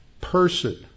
person